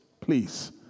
Please